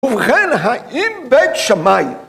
‫ובכן, האם בית שמאי?